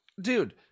dude